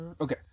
Okay